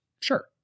Sure